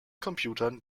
computern